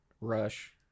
Rush